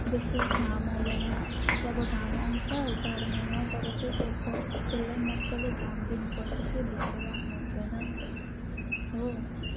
बेसी घाम आउँदैन जब घाम आउँछ जाडो महिनामा तब चाहिँ तेल्लाई मज्जाले घाम दिनुपर्छ के भित्र राख्नु हुँदैन हो